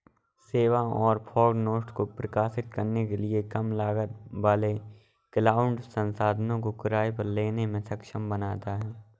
सेवाओं और fog nodes को प्रकाशित करने के लिए कम लागत वाले क्लाउड संसाधनों को किराए पर लेने में सक्षम बनाता है